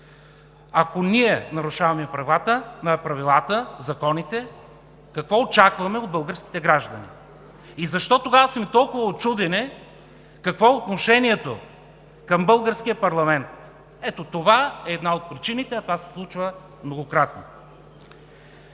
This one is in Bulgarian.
Ако ние нарушаваме правилата, законите, какво очакваме от българските граждани? И защо тогава сме толкова учудени какво е отношението към българския парламент? Ето това е една от причините, а това са случва многократно.